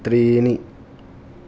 त्रीणि